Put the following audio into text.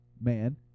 man